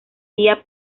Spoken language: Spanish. día